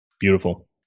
Beautiful